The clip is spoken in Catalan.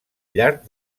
llarg